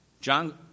John